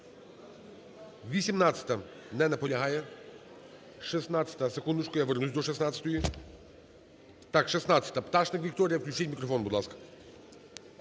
18-а. Не наполягає. 16-а. Секундочку, я вернусь до 16-ї. Так, 16-а, Пташник Вікторія. Включіть мікрофон, будь ласка.